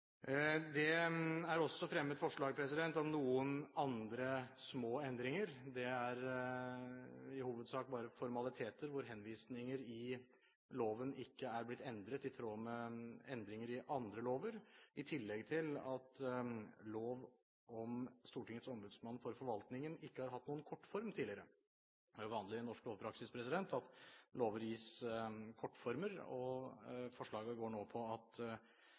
Det er også fremmet forslag om noen andre små endringer. Det er i hovedsak bare formaliteter – der henvisninger i loven ikke er blitt endret i tråd med endringer i andre lover, i tillegg til at lov om Stortingets ombudsmann for forvaltningen ikke har hatt noen kortform tidligere. Det er jo vanlig i norsk lovpraksis at lover gis kortformer. Forslaget går nå ut på at